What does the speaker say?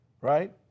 right